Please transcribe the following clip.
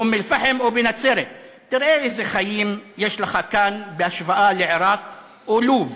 באום-אלפחם או בנצרת: תראה איזה חיים יש לך כאן בהשוואה לעיראק או לוב.